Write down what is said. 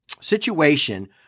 situation